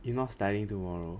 you not studying tomorrow